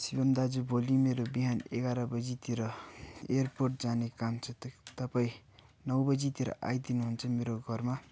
सिभम् दाजु भोलि मेरो बिहान एघार बजीतिर एयरपोर्ट जाने काम छ तपाईँ नौ बजीतिर आइदिनुहुन्छ मेरो घरमा